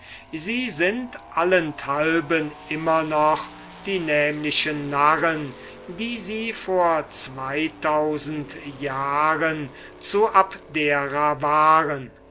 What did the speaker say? sie sind immer noch die nämlichen narren die sie vor zweitausend jahren zu abdera waren